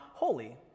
holy